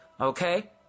Okay